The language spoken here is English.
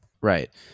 right